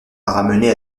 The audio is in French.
ramené